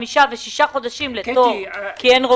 חמישה או שישה חודשים לתור כי אין רופאים,